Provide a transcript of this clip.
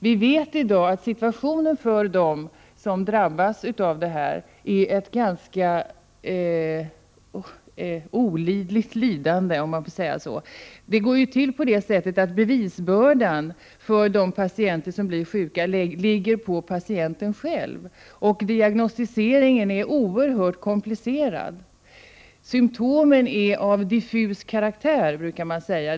Vi vet i dag att situationen för den som drabbas är ett olidligt lidande, om man får säga så. Bevisbördan för de patienter som blir sjuka ligger nämligen på patienten själv och diagnostiseringen är oerhört komplicerad. Symtomen är av diffus karaktär, brukar man säga.